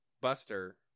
buster